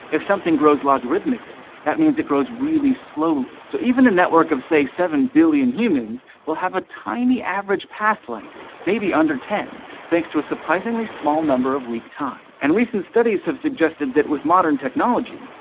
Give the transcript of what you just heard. if something grows logarithmically that means it grows really slowly. so even a network of, say, seven billion humans will have a tiny average path length, maybe under ten, thanks to a surprisingly small number of weak ties. and recent studies have suggested that, with modern technology,